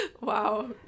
Wow